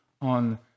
on